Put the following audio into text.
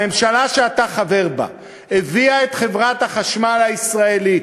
הממשלה שאתה חבר בה הביאה את חברת החשמל הישראלית,